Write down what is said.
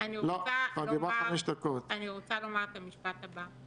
אני רוצה לומר את המשפט הבא: